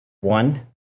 one